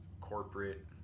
corporate